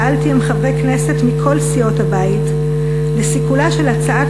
פעלתי עם חברי כנסת מכל סיעות הבית לסיכולה של הצעת